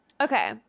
Okay